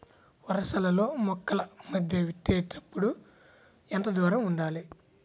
వరసలలో మొక్కల మధ్య విత్తేప్పుడు ఎంతదూరం ఉండాలి?